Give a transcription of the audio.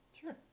Sure